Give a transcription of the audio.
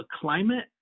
climate